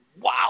Wow